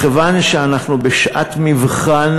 מכיוון שאנחנו בשעת מבחן,